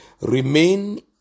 Remain